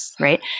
right